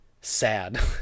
Sad